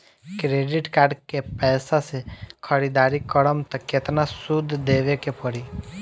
Credit card के पैसा से ख़रीदारी करम त केतना सूद देवे के पड़ी?